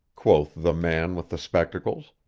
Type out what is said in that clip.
quoth the man with the spectacles.